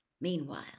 Meanwhile